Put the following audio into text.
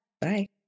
Bye